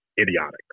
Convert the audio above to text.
idiotic